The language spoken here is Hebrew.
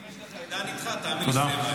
אם יש לך את דן איתך, תאמין לי שזה יהיה מהר.